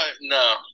no